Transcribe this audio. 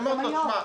מאיפה נממן את